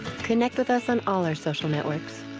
connect with us on all our social networks.